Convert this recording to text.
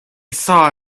saw